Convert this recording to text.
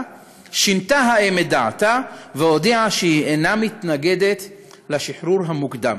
שינתה האם את דעתה והודיעה שהיא אינה מתנגדת לשחרור המוקדם.